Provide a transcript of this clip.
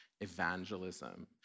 evangelism